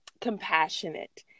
compassionate